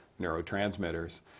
neurotransmitters